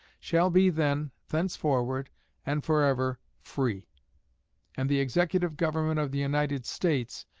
shall be then, thenceforward and forever free and the executive government of the united states,